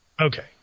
Okay